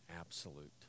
absolute